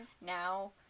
now